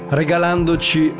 regalandoci